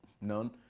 None